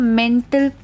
mental